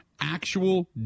Actual